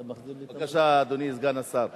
בבקשה, אדוני סגן השר.